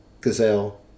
gazelle